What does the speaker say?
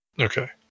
Okay